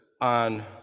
on